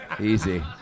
Easy